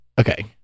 Okay